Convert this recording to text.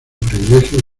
privilegios